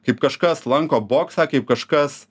kaip kažkas lanko boksą kaip kažkas